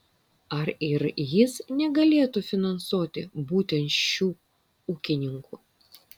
ar ir jis negalėtų finansuoti būtent šių ūkininkų